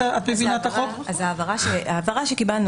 ומצדיקות את ההתחשבות במנדט החקירה.